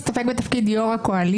אתה לא מסתפק עכשיו בתפקיד יו"ר הוועדה,